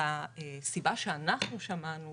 הסיבה שאנחנו שמענו